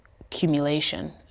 accumulation